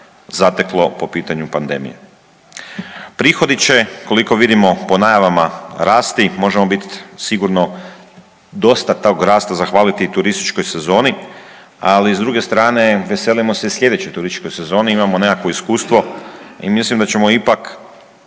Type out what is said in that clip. zateklo po pitanju pandemije. Prihodi će koliko vidimo po najavama, rasti, možemo biti sigurno dosta tog rasta zahvaliti turističkoj sezoni, ali s druge strane veselimo se i sljedećoj turističkoj sezoni, imamo nekakvo iskustvo i mislim da ćemo ipak